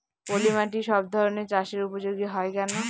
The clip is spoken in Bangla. পলিমাটি সব ধরনের চাষের উপযোগী হয় কেন?